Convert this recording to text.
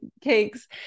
cakes